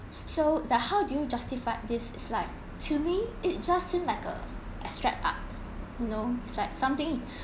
so like how do you justify this it's like to me it just seems like a abstract art you know like something